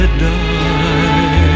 die